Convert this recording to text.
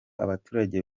abaturage